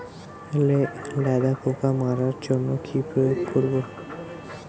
লেদা পোকা মারার জন্য কি প্রয়োগ করব?